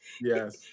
Yes